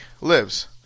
lives